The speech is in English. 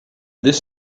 this